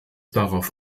darauf